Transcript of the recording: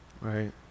Right